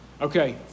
Okay